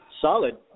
Solid